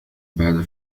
بعد